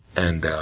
and,